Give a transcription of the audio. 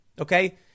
Okay